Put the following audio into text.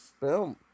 Boom